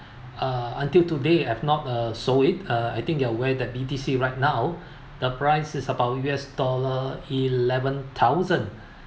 uh until today I've not uh sold it uh I think they aware that B_T_C right now the price is about the U_S dollar eleven thousand